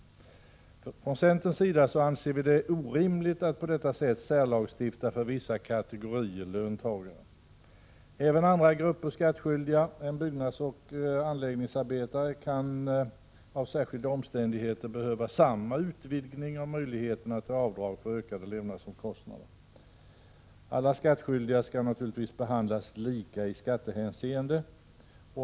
Vi i centern anser det orimligt att på detta sätt särlagstifta för vissa kategorier av löntagare. Även andra grupper skattskyldiga än byggnadsoch anläggningsarbetare kan på grund av särskilda omständigheter behöva samma utvidgning av möjligheterna att göra avdrag för ökade levnadsomkostnader. Alla skattskyldiga skall naturligtvis behandlas lika i skattehänseende.